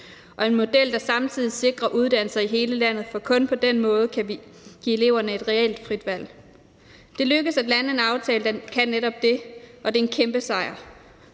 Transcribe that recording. og en model, der samtidig sikrer uddannelser i hele landet, for kun på den måde kan vi give eleverne et reelt frit valg. Det lykkedes at lande en aftale, der kan netop det, og det er en kæmpe sejr.